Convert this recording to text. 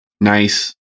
nice